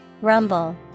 Rumble